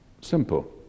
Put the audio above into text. Simple